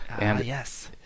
yes